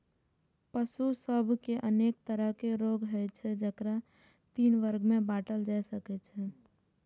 पशु सभ मे अनेक तरहक रोग होइ छै, जेकरा तीन वर्ग मे बांटल जा सकै छै